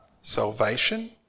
salvation